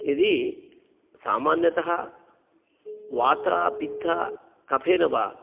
यदि सामान्यतः वातपित्तकफेन वा